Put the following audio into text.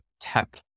tech